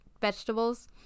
vegetables